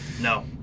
No